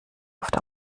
oft